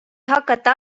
hakata